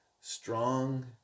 Strong